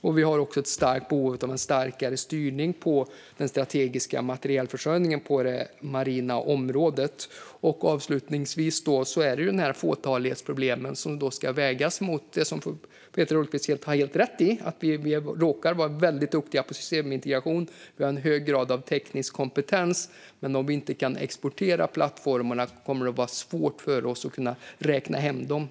Det finns också behov av en starkare styrning av den strategiska materielförsörjningen på det marina området. Avslutningsvis ska fåtalighetsproblemen vägas mot det som Peter Hultqvist har helt rätt i, nämligen att vi råkar vara mycket duktiga på systemintegration och att vi har en hög grad av teknisk kompetens, men om vi inte kan exportera plattformarna kommer det att vara svårt för oss att räkna hem dem.